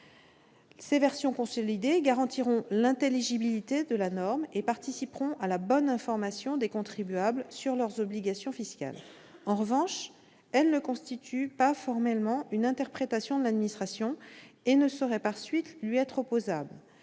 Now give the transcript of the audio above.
Ces versions consolidées garantiront l'intelligibilité de la norme et participeront à la bonne information des contribuables sur leurs obligations fiscales. En revanche, elles ne constituent pas formellement une interprétation de l'administration et ne sauraient par conséquent lui être opposables.